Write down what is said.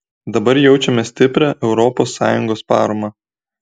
dabar jaučiame stiprią europos sąjungos paramą